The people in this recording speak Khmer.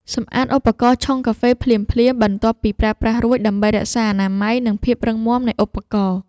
សម្អាតឧបករណ៍ឆុងកាហ្វេភ្លាមៗបន្ទាប់ពីប្រើប្រាស់រួច ដើម្បីរក្សាអនាម័យ និងភាពរឹងមាំនៃឧបករណ៍។